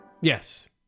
Yes